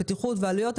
בטיחות ועלויות,